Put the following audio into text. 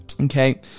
okay